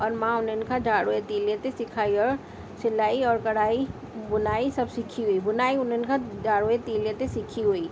ऐं मां उन्हनि खां जाड़ूअ जी तीलीअ ते सिखाय सिलाई और कढ़ाई और भुनाई सभु सिखी हुई भुनाई उन्हनि खां जाड़ूअ जी तीलीअ ते सिखी हुई